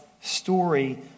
story